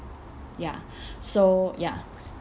ya so ya